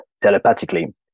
telepathically